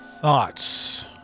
Thoughts